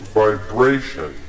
vibration